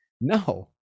No